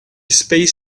space